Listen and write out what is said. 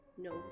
no